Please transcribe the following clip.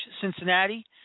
Cincinnati